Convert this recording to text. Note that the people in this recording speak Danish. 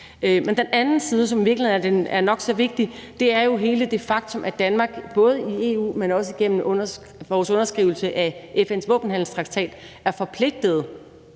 Men den anden side, som i virkeligheden er nok så vigtig, er jo hele det faktum, at Danmark både i EU, men også igennem vores underskrivelse af FN's våbenhandelstraktat er forpligtede